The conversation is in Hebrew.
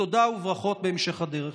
תודה, וברכות להמשך הדרך.